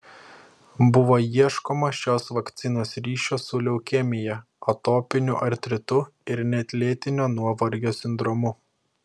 buvo ieškoma šios vakcinos ryšio su leukemija atopiniu artritu ir net lėtinio nuovargio sindromu